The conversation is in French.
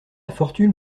fortune